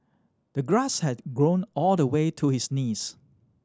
the grass had grown all the way to his knees